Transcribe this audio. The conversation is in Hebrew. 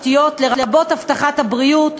לרבות הבטחת הבריאות,